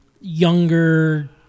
younger –